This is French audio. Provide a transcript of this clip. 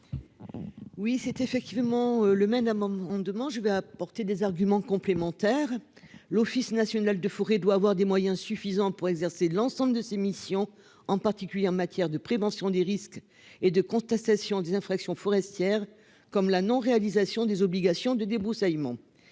Oui, c'est effectivement le mène à mon demain je vais apporter des arguments complémentaires. L'Office national de forêts doit avoir des moyens suffisants pour exercer l'ensemble de ses missions, en particulier en matière de prévention des risques et de constatation des infractions forestière comme la non-, réalisation des obligations de débroussaillement.